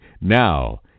Now